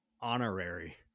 honorary